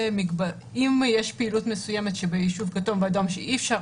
אם יש פעילות מסוימת בישוב כתום או אדום שאי אפשר